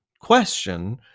question